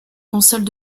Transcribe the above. consoles